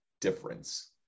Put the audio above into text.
difference